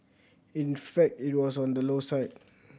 in fact it was on the low side